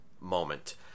moment